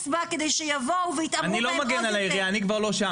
אם תרצי.